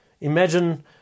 imagine